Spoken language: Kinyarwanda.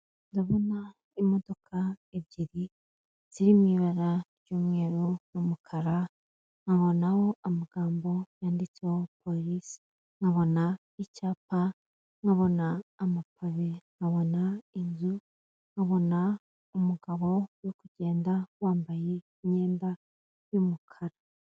Ndabona imodoka ebyiri ziri mu ibara ry'umweru n'umukara, nkabona amagambo yanditseho polisi, nkabona icyapa, nkabona amabuye, nkabona inzu, nkabona umugabo uri kugenda yambaye imyenda y'umukara.